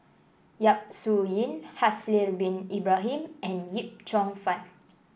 Yap Su Yin Haslir Bin Ibrahim and Yip Cheong Fun